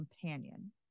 companion